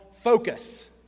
Focus